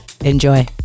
Enjoy